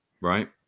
right